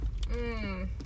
Mmm